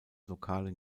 lokalen